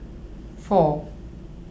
four